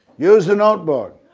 use a notebook.